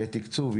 יהיה תקצוב,